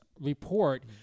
report